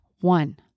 one